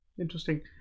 Interesting